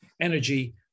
energy